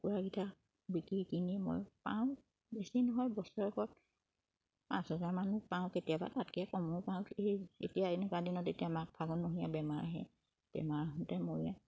কুকুৰাকিটা বিকি কিনি মই পাওঁ বেছি নহয় বছৰেকত পাঁচ হাজাৰ মান পাওঁ কেতিয়াবা তাতকে কমো পাওঁ এই এতিয়া এনেকুৱা দিনত এতিয়া মাঘ ফাগুন মহীয়া বেমাৰ আহে বেমাৰ আহোঁতে মৰে